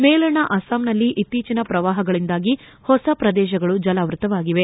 ಮೇಲಣ ಅಸ್ಸಾಂನಲ್ಲಿ ಇತ್ತೀಚನ ಪ್ರವಾಹಗಳಿಂದಾಗಿ ಹೊಸ ಪ್ರದೇಶಗಳು ಜಲಾವೃತವಾಗಿವೆ